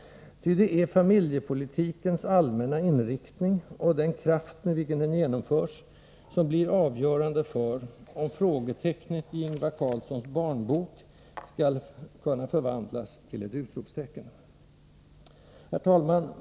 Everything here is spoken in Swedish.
Ty det är familjepolitikens allmänna inriktning och den kraft med vilken den genomförs, som blir avgörande för om frågetecknet i Ingvar Carlssons barnbok skall kunna förvandlas till ett utropstecken. Herr talman!